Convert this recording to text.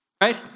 right